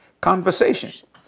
conversation